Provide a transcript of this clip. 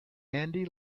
andy